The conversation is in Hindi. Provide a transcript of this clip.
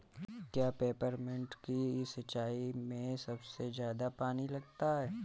क्या पेपरमिंट की सिंचाई में सबसे ज्यादा पानी लगता है?